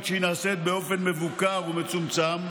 כשהיא שנעשית באופן מבוקר ומצומצם,